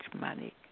money